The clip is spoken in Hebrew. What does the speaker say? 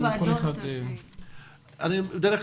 יַעְטִיכּ